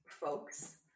folks